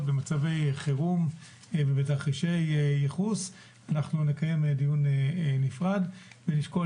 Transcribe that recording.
במצבי חירום ובתרחישי ייחוס אנחנו נקיים דיון נפרד ונשקול